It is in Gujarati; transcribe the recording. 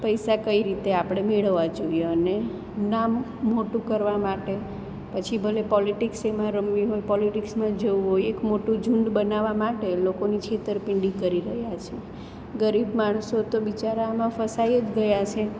પૈસા કઈ રીતે આપણે મેળવવા જોઈએ અને નામ મોટું કરવા માટે પછી ભલે પોલિટીક્સ એમાં રમવી હોય પોલિટીક્સમાં જવું હોય એક મોટું ઝુંડ બનાવવા માટે લોકોની છેતરપિંડી કરી રહ્યા છે ગરીબ માણસો તો બિચારા આમાં ફસાઈ જ ગયા છે